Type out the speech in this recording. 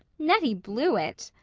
nettie blewett!